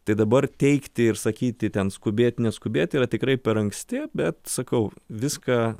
tai dabar teigti ir sakyti ten skubėt neskubėt yra tikrai per anksti bet sakau viską